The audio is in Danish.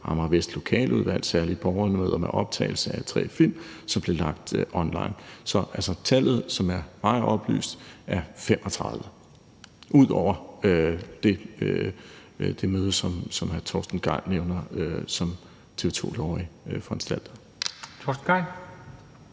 Amager Vest Lokaludvalg – særligt borgermøder med optagelse af tre film, som blev lagt online. Så tallet, som er blevet mig oplyst, er 35 ud over det møde, som hr. Torsten Gejl nævner, som TV 2/Lorry foranstaltede.